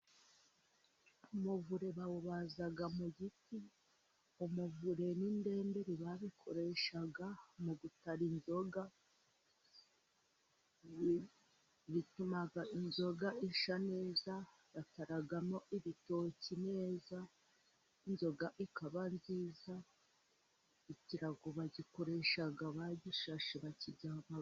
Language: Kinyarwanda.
Umuvure bawubaza mu giti. Umuvure n'indemberi babikoresha mu gutara inzoga bituma inzoga ishya neza, bakaragamo ibitoki neza inzoga ikaba nziza. Ikirago bagikoresha bagishashe, bakiryamaho.